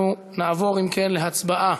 אנחנו נעבור, אם כן, להצבעה